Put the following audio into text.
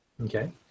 Okay